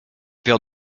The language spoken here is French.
paire